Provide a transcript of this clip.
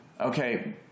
okay